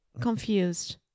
confused